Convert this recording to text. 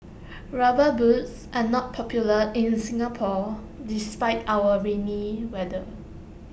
rubber boots are not popular in Singapore despite our rainy weather